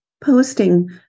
posting